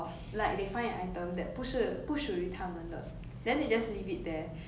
actually it works you know because you think about it if you're the one who lost it right 你会走